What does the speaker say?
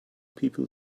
people